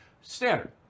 Standard